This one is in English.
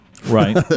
Right